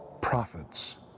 prophets